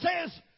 says